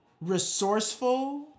resourceful